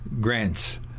grants